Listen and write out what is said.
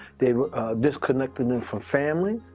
they disconnected them from family.